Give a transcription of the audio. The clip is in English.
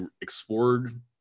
explored